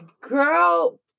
girl